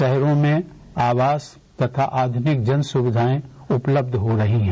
शहरों में आवास तथा आधुनिक जन सुविधाएं उपलब्ध हो रही है